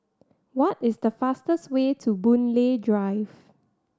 what is the fastest way to Boon Lay Drive